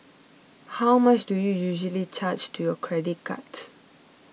how much do you usually charge to your credit cards